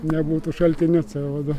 nebūtų šaltiniu c o du